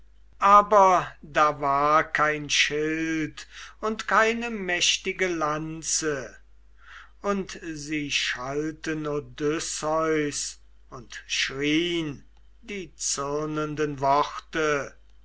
aber da war kein schild und keine mächtige lanze und sie schalten odysseus und schrien die zürnenden worte